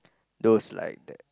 those like the